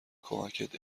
کمکت